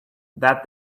that